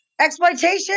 exploitation